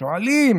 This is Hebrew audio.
שואלים